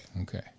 Okay